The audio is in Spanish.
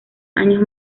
años